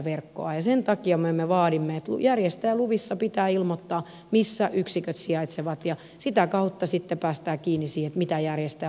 sen takia me vaadimme että järjestäjäluvissa pitää ilmoittaa missä yksiköt sijaitsevat ja sitä kautta sitten päästään kiinni siihen mitä järjestäjä aikoo tehdä